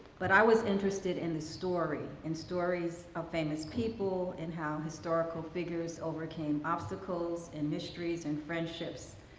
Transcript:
but i was interested in the story and stories of famous people and how historical figures overcame obstacles, and mysteries, and friendships,